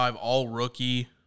all-rookie